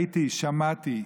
ראיתי, שמעתי.